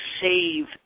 save